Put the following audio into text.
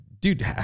dude